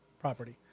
property